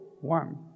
one